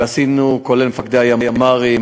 כולל מפקדי הימ"רים,